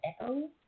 echo